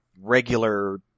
regular